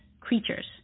creatures